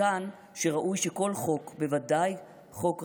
מכאן ראוי שכל חוק, בוודאי חוק ראשי,